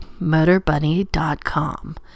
MotorBunny.com